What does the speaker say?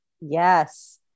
Yes